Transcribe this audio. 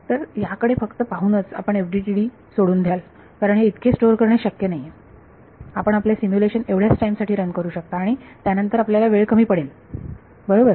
तर याकडे फक्त पाहूनच आपण FDTD सोडून द्याल कारण हे इतके स्टोअर करणे शक्य नाही आपण आपले सिम्युलेशन एवढ्याच टाईम साठी रन करू शकता आणि त्यानंतर आपल्याला वेळ कमी पडेल बरोबर